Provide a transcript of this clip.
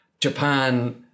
japan